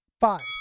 five